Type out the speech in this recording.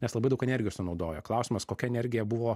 nes labai daug energijos sunaudoja klausimas kokia energija buvo